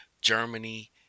Germany